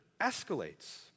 escalates